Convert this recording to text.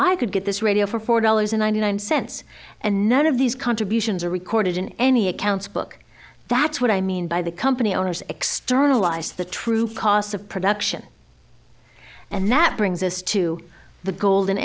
i could get this radio for four dollars and ninety nine cents and none of these contributions are recorded in any accounts book that's what i mean by the company owners externalized the true costs of production and that brings us to the golden